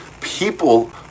people